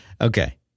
Okay